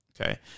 Okay